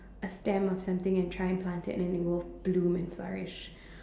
a stem or something and try and plant it then it will bloom and flourish